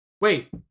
Wait